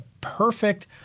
perfect